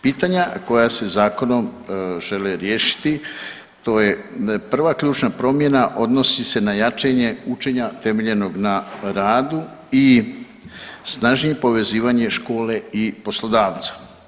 Pitanja koja se zakonom žele riješiti to je prva ključna promjena odnosni se na jačanje učenja temeljenog na radu i snažnije povezivanje škole i poslodavca.